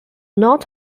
not